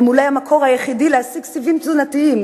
הם אולי המקור היחיד להשיג סיבים תזונתיים,